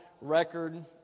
Record